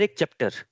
chapter